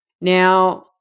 Now